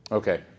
Okay